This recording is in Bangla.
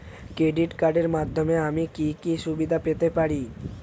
ক্রেডিট কার্ডের মাধ্যমে আমি কি কি সুবিধা পেতে পারি?